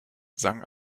sang